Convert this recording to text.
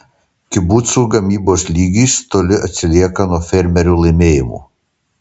kibucų gamybos lygis toli atsilieka nuo fermerių laimėjimų